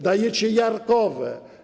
Dajecie jarkowe.